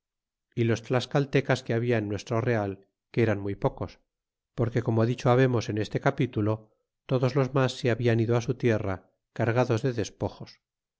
y los tlascaltecas que habla en nuestro real que eran muy pocos porque como dicho babemos en este capítulo todos los mas se habian ido á su tierra cargados de despojos